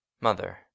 Mother